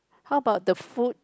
how about the food